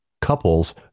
couples